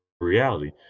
reality